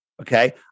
Okay